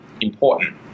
important